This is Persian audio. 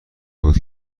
بود